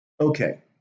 Okay